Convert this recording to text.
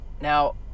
now